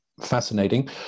fascinating